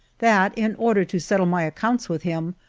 that, in order to settle my accounts with him,